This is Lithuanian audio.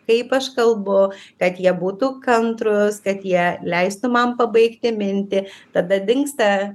kaip aš kalbu kad jie būtų kantrūs kad jie leistų man pabaigti mintį tada dingsta